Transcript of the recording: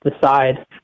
decide